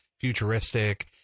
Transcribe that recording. futuristic